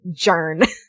Jern